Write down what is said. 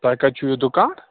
تۄہہِ کَتہِ چھُو یہِ دُکان